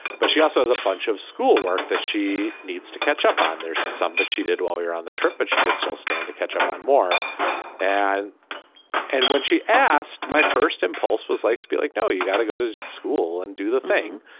but she also has a bunch of schoolwork that she needs to catch up on there's some that she did while we were on the trip but she could still stand to catch up on more and and when she asked my first impulse was like to be like no you've got to go to school and do the thing.